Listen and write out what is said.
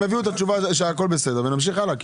הם יביאו את התשובה שהכול בסדר ונמשיך הלאה.